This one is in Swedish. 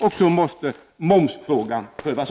Frågan om moms på energi måste också omprövas.